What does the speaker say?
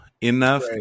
enough